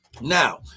Now